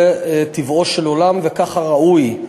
זה טבעו של עולם וככה ראוי.